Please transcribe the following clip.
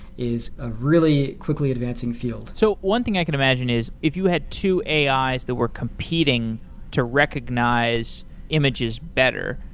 is a really quickly advancing field so one thing i could imagine is if you had two ais the were competing to recognize images better,